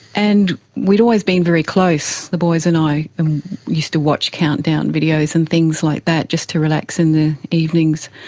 and we'd always been very close, the boys and i used to watch countdown videos and things like that, just to relax in the evenings,